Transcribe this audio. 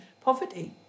poverty